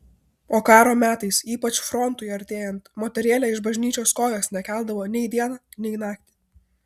o karo metais ypač frontui artėjant moterėlė iš bažnyčios kojos nekeldavo nei dieną nei naktį